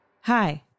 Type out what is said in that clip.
Hi